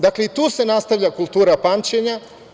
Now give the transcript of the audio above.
Dakle, i tu se nastavlja kultura pamćenja.